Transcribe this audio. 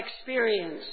experience